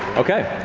okay.